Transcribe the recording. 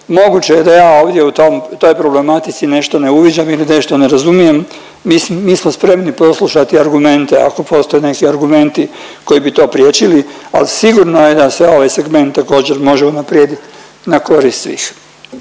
moguće je da ja ovdje u toj problematici nešto ne uviđam ili nešto ne razumijem. Mi smo spremni poslušati argumenta ako postoje neki argumenti koji bi to priječili, ali sigurno je da se ovaj segment također može unaprijediti na korist svih.